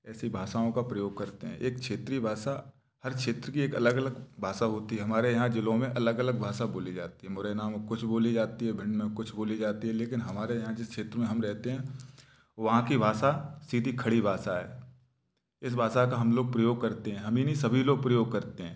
ऐसी भाषाओं का प्रयोग करते हैं एक क्षेत्रीय भाषा हर क्षेत्र की एक अलग अलग भाषा होती हमारे यहाँ जिलो में अलग अलग भाषा बोली जाती है मोरैना में कुछ बोली जाती है भिंड में कुछ बोली जाती है लेकिन हमारे यहाँ जिस क्षेत्र में हम रहते हैं वहाँ की भाषा सीधी खड़ी भाषा है इस भाषा का हम लोग प्रयोग करते हैं हम ही नहीं सभी लोग प्रयोग करते हैं